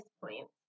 points